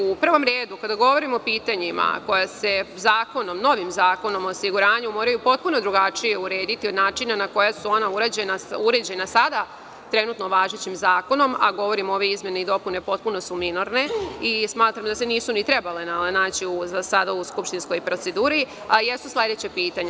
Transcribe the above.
U prvom redu, kada govorimo o pitanjima koja se novim zakonom o siguranju moraju potpuno drugačije urediti od načina na koji su ona uređena sada trenutno važećim zakonom,a govorim da su ove izmene i dopune potpuno minorne i smatram da se nisu ni trebale naći za sada u skupštinskoj proceduri, jesu sledeća pitanja.